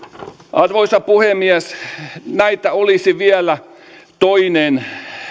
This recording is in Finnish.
arvoisa puhemies näitä olisi vielä toinen